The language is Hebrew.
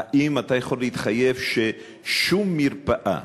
האם אתה יכול להתחייב ששום מרפאה,